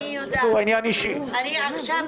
אני יודעת, אני יודעת.